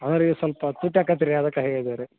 ಅದಾರಿ ಸ್ವಲ್ಪ ತುಟ್ಯಾಕತು ರೀ ಅದಕ್ಕೆ ಹೇಳಿದ್ದೀವಿ ರೀ